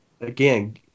Again